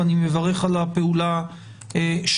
ואני מברך על הפעולה שלך,